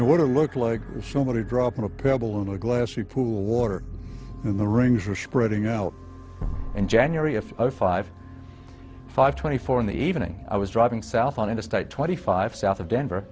you want to look like somebody dropping a pebble in a glassy pool water in the rings or spreading out in january if i five five twenty four in the evening i was driving south on interstate twenty five south of denver